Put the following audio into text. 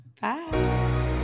Bye